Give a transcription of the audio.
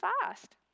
fast